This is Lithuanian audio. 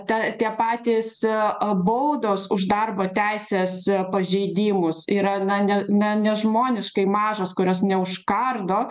ta tie patys i a baudos už darbo teisės pažeidimus yra na ne ne nežmoniškai mažos kurios neužkardo